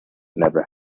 never